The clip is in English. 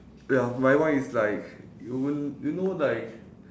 ya my one is like you won't you know like